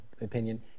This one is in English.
opinion